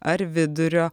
ar vidurio